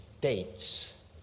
dates